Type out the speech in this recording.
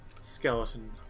skeleton